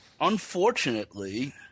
Unfortunately